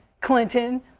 Clinton